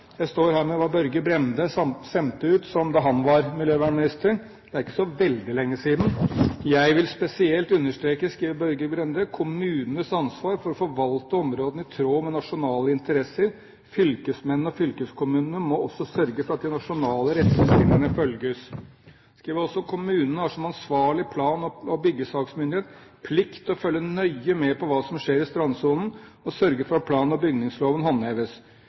Jeg står her med hva Børge Brende sendte ut da han var miljøvernminister, det er ikke så veldig lenge siden: «Jeg vil spesielt understreke kommunenes ansvar for å forvalte områdene i tråd med nasjonale interesser. Fylkesmennene og fylkeskommunene må også sørge for at de nasjonale retningslinjene følges.» Han skriver også: «Kommunene har som ansvarlig plan- og byggesaksmyndighet plikt til å følge nøye med på hva som skjer i strandsonen og sørge for at plan- og bygningsloven håndheves.